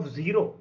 zero